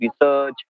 research